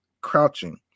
crouching